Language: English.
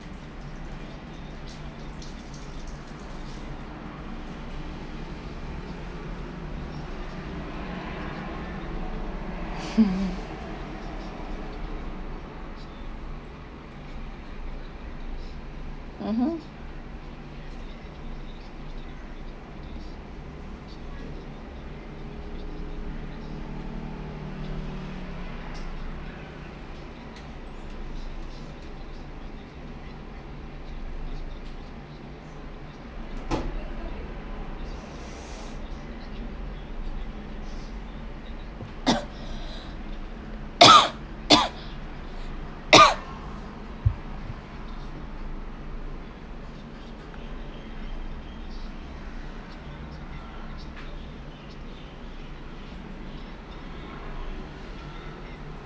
mmhmm